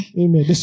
Amen